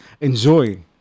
enjoy